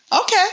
okay